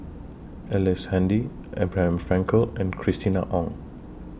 Ellice Handy Abraham Frankel and Christina Ong